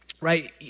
right